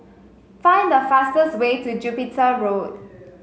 find the fastest way to Jupiter Road